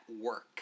work